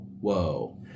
whoa